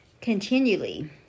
continually